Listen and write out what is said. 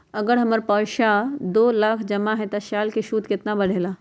अगर हमर पैसा दो लाख जमा है त साल के सूद केतना बढेला?